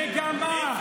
מגמה,